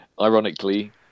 ironically